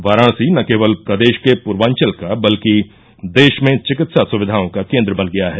वाराणसी न केवल प्रदेश के पूर्वांचल का बल्कि देश में चिकित्सा सुविधाओं का केंद्र बन गया है